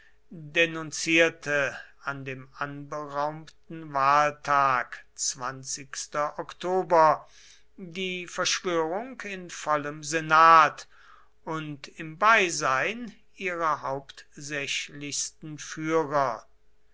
denunzierte an dem anberaumten wahltag die verschwörung in vollem senat und im beisein ihrer hauptsächlichsten führer